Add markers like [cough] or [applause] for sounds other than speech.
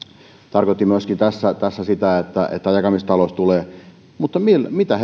tarkoitti sillä että jakamistalous tulee mutta mitä [unintelligible]